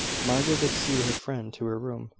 margaret would see her friend to her room.